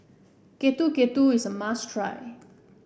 Getuk Getuk is a must try